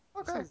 Okay